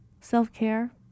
self-care